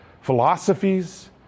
philosophies